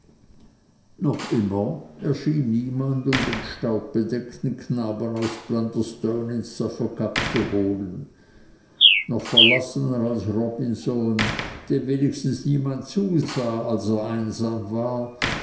noch immer erschien niemand um den staubbedeckten knaben aus blunderstone in suffolk abzuholen noch verlassener als robinson dem wenigstens niemand zusah als er einsam war